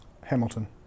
Hamilton